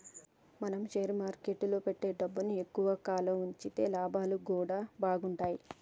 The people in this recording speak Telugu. మనం షేర్ మార్కెట్టులో పెట్టే డబ్బుని ఎక్కువ కాలం వుంచితే లాభాలు గూడా బాగుంటయ్